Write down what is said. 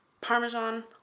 Parmesan